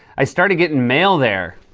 i started getting mail there.